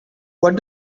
what